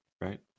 right